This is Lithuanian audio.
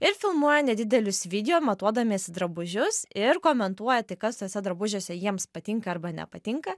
ir filmuoja nedidelius video matuodamiesi drabužius ir komentuoja tai kas tuose drabužiuose jiems patinka arba nepatinka